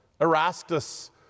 Erastus